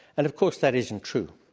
and of course, that isn't true.